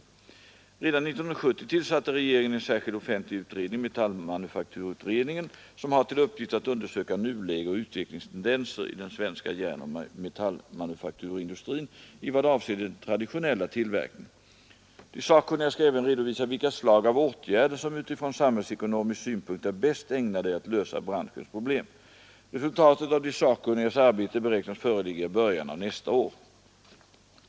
Redan 1970 tillsatte regeringen en särskild offentlig utredning, metallmanufakturutredningen, som har till uppgift att undersöka nuläge och utvecklingstendenser i den svenska järnoch metallmanufakturindustrin i vad avser den traditionella tillverkningen. De sakkunniga skall även redovisa vilka slag av åtgärder som utifrån samhällsekonomisk synpunkt är bäst ägnade att lösa branschens problem. Resultatet av de sakkunnigas arbete beräknas föreligga i början av nästa år.